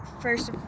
first